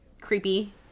creepy